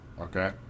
okay